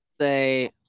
say